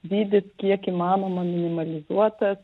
dydis kiek įmanoma minimalizuotas